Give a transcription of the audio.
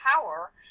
power